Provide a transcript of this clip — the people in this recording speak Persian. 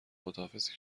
خداحافظی